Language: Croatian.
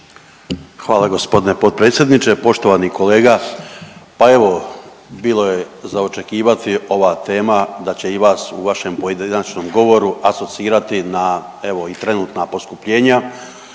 Hvala g. potpredsjedniče. Poštovani kolega, pa evo bilo je za očekivati ova tema da će i vas u vašem pojedinačnom govoru asocirati na evo i trenutna poskupljenja